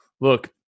look